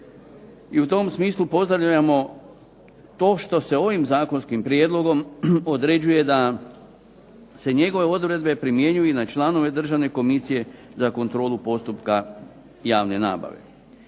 i u tom smislu pozdravljamo to što se ovim zakonskim prijedlogom određuje da se njegove odredbe primjenjuju i na članove Državne komisije za kontrolu postupka javne nabave.